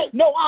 no